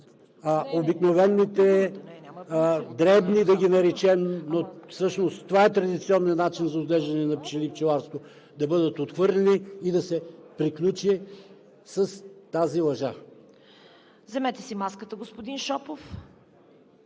обикновените, дребните, да ги наречем, но всъщност това е традиционният начин за отглеждане на пчели, за пчеларството, да бъдат отхвърлени и да се приключи с тази лъжа.